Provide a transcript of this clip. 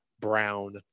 Brown